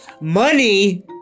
Money